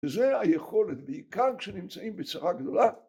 ‫וזה היכולת בעיקר ‫כשנמצאים בצרה גדולה.